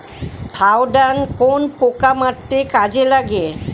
Thiodan কোন পোকা মারতে কাজে লাগে?